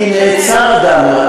כי נעצר אדם.